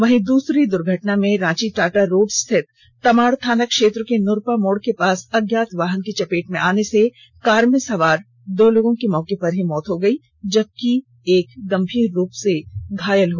वहीं दूसरी दुर्घटना में रांची टाटा रोड स्थित तमाड़ थाना क्षेत्र के नुरपा मोड़ के पास अज्ञात वाहन की चपेट में आने से कार में सवार दो लोगों की मौके पर ही मौत हो गयी जबकि एक गम्भीर रूप से घायल हो गया